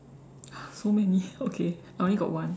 !huh! so many okay I only got one